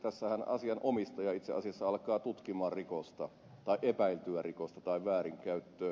tässähän asianomistaja itse asiassa alkaa tutkia rikosta tai epäiltyä rikosta tai väärinkäyttöä